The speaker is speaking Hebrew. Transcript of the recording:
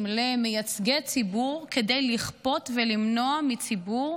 למייצגי ציבור כדי לכפות ולמנוע מציבור